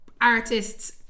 artists